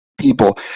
people